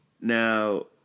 Now